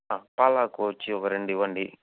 పాలకొచ్చి ఒక రెండు ఇవ్వండి